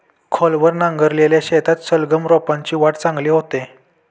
खोलवर नांगरलेल्या शेतात सलगम रोपांची वाढ चांगली होते